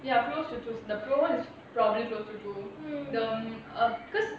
ya close two the pro one is probably close to two the uh because